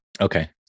okay